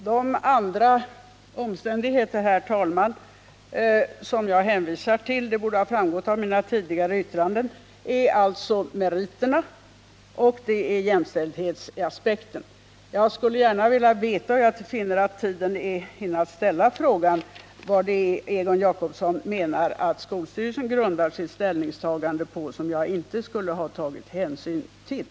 Herr talman! De andra omständigheter som jag hänvisar till — och som torde ha framgått av mina tidigare yttranden — är alltså meriterna och jämställdhetsaspekten. Jag skulle gärna vilja veta —jag finner att tiden är inne att ställa den frågan nu — vad det är som Egon Jacobsson menar att skolstyrelsen grundar sitt ställningstagande på, men som jag inte skulle ha tagit hänsyn till.